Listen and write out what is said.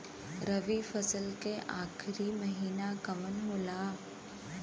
रवि फसल क आखरी महीना कवन होला?